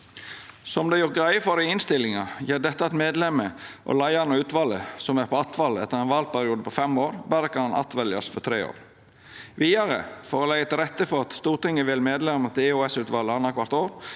Som det er gjort greie for i innstillinga, gjer dette at medlemet og leiaren av utvalet, som er på attval etter ein valperiode på fem år, berre kan attveljast for tre år. Vidare, for å leggja til rette for at Stortinget vel medlemer til EOS-utvalet annakvart år,